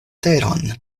teron